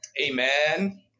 Amen